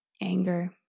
anger